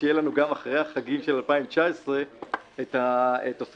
שיהיה לנו גם אחרי החגים של 2019 את התוספת